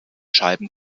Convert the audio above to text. scheiben